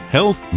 Health